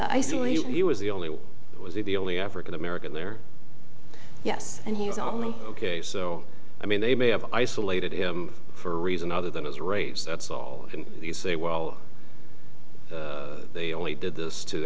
saw he was the only one was he the only african american there yes and he was only ok so i mean they may have isolated him for a reason other than his race that's all you say well they only did this to